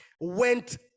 went